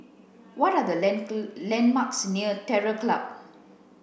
what are the landmarks near Terror Club